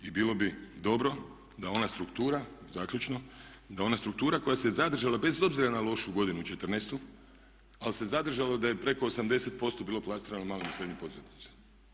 I bilo bi dobro da ona struktura, zaključno, da ona struktura koja se zadržala bez obzira na lošu godinu četrnaestu ali se zadržalo da je preko 80% bilo plasirano malim i srednjim poduzetnicima.